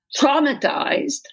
traumatized